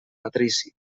patrici